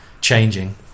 changing